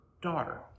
daughter